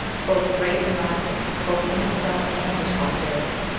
both great and lasting, both to himself and his posterity,